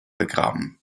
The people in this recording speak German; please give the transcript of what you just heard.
begraben